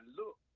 look